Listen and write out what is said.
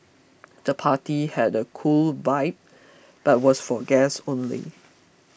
the party had a cool vibe but was for guests only